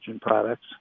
products